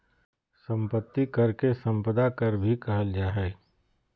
संपत्ति कर के सम्पदा कर भी कहल जा हइ